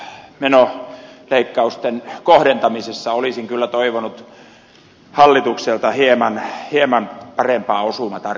toki muutamien menoleikkausten kohdentamisessa olisin kyllä toivonut hallitukselta hieman parempaa osumatarkkuutta